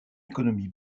économie